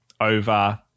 over